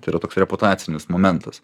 tai yra toks reputacinis momentas